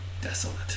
desolate